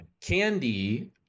Candy